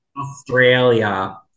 Australia